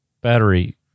battery